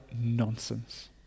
nonsense